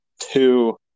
two